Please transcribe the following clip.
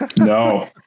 No